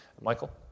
Michael